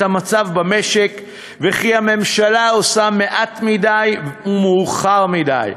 המצב במשק וכי הממשלה עושה מעט מדי ומאוחר מדי,